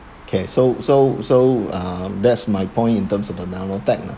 okay so so so that's that's my point in terms of the nano tech lah